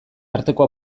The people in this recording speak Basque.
arteko